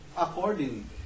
according